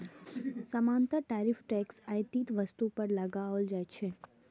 सामान्यतः tariff tax आयातित वस्तु पर लगाओल जाइ छै